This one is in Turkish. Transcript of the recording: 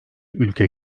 ülke